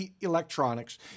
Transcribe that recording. electronics